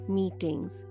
meetings